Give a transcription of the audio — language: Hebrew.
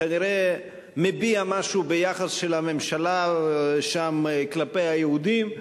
כנראה מביע משהו ביחס של הממשלה שם כלפי היהודים,